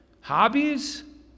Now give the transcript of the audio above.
Hobbies